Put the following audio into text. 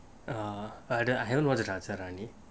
err படம்:padam I haven't watched the